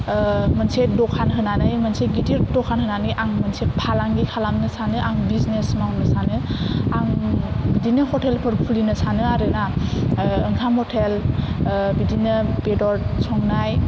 मोनसे दखान होनानै मोनसे गिदिर दखान होनानै आं मोनसे फालांगि खालामनो सानो आं बिजिनेस मावनो सानो आं बिदिनो हटेलफोर खुलिनो सानो आरो ना ओंखम हटेल बिदिनो बेदर संनाय